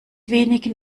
wenigen